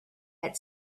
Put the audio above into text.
had